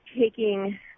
taking